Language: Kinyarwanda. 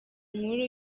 nkuru